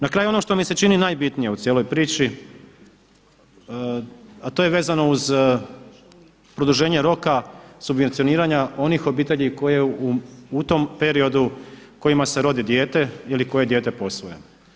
Na kraju ono što mi se čini najbitnije u cijeloj priči, a to je vezano uz produženje roka subvencioniranja onih obitelji koje u tom periodu kojima se rodi dijete ili koji dijete posvoje.